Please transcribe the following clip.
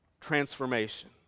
transformation